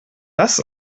das